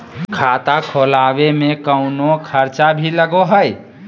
खाता खोलावे में कौनो खर्चा भी लगो है?